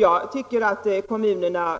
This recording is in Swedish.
Jag tycker att kommunerna